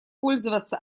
пользоваться